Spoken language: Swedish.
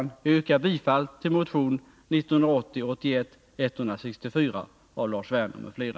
Jag yrkar bifall till motion 1980/81:164 av Lars Werner m.fl.